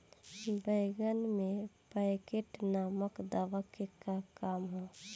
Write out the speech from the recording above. बैंगन में पॉकेट नामक दवा के का काम ह?